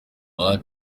aha